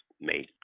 made